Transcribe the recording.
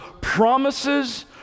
promises